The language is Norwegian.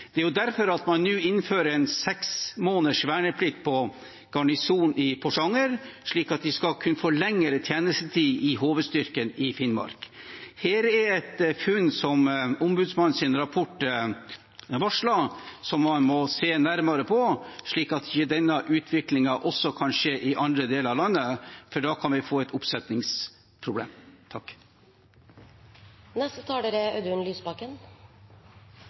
Det er derfor man nå innfører seks måneders verneplikt i garnisonen i Porsanger, slik at de skal kunne få lengre tjenestetid i HV-styrken i Finnmark. Dette er et funn som Ombudsmannens rapport varsler, og som man må se nærmere på, slik at denne utviklingen ikke skjer også i andre deler av landet, for da kan vi få et oppsetningsproblem.